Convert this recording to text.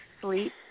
sleep